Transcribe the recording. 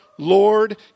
Lord